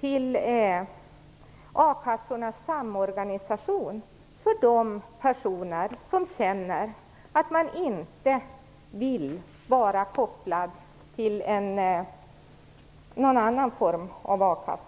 till a-kassornas samorganisation för de personer som inte vill vara kopplade till någon annan form av a-kassa.